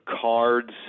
cards